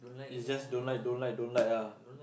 is just don't like don't like don't like ah